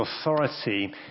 authority